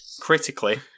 Critically